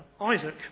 Isaac